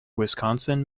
wisconsin